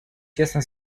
тесно